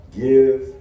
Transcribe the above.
give